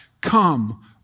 come